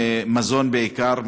מזון בעיקר,